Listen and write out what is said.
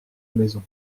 maison